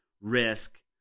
risk